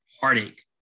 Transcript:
heartache